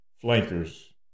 Flankers